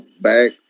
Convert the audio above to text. back